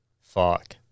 Fuck